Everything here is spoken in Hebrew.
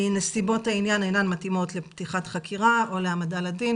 היא נסיבות העניין אינן מתאימות לפתיחת חקירה או להעמדה לדין,